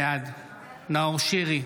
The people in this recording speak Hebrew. בעד נאור שירי,